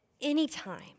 anytime